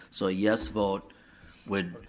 so a yes vote would